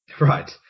Right